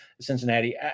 Cincinnati